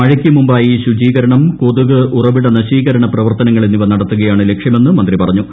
മഴയ്ക്ക് മുമ്പായി ശുചീകരണം കൊതുക് ഉറവിട നശീകരണ പ്രവർത്തനങ്ങൾ എന്നിവ നടത്തുകയാണ് ലക്ഷ്യമെന്ന് മന്ത്രി പറഞ്ഞു